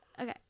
Okay